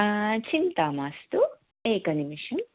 चिन्ता मास्तु एकनिमेषम्